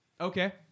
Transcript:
Okay